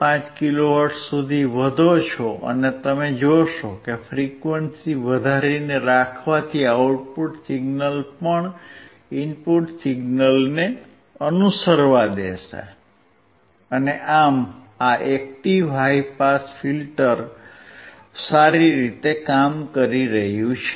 5 kilo hertz સુધી વધો છો અને તમે જોશો કે ફ્રીક્વન્સી વધારીને રાખવાથી આઉટપુટ સિગ્નલ પણ ઇનપુટ સિગ્નલને અનુસરવા દેશે અને આમ આ એક્ટીવ હાઇ પાસ ફિલ્ટર સારી રીતે કામ કરી રહ્યું છે